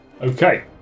Okay